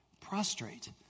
Prostrate